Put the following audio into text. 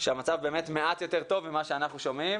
שהמצב מעט יותר טוב ממה שאנחנו שומעים.